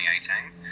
2018